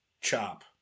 chop